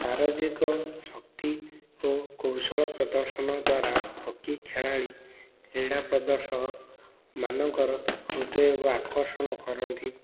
ଶାରୀରିକ ଶକ୍ତି ଓ କୌଶଳ ପ୍ରଦର୍ଶନ ଦ୍ୱାରା ହକି ଖେଳାଳି କ୍ରୀଡ଼ା ପ୍ରଦର୍ଶନ ମାନଙ୍କର ହୃଦୟକୁ ଆକର୍ଷଣ କରନ୍ତି